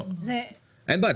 אין בעיה,